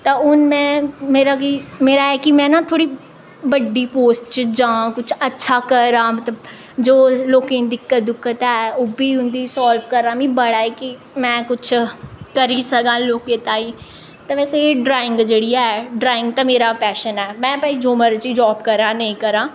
तां हून में मेरा गी मेरा ऐ कि में ना थोह्ड़ी बड्डी पोस्ट च जां कुछ अच्छा करां मतलब जो लोकें गी दिक्कत दुक्कत ऐ ओह् बी उं'दी साल्व करां मी बड़ा ऐ कि में कुछ करी सकां लोकें ताईं ते वैसे ड्राइंग जेह्ड़ी ऐ ड्राइंग ते मेरा पैशन ऐ में भाई जो मर्जी जाब करां नेईं करां